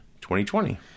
2020